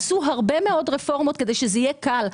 ועשו הרבה מאוד רפורמות כדי שזה יהיה קל.